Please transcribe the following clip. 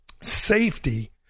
safety